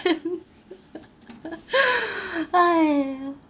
!haiyo!